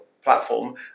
platform